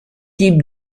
type